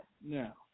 Now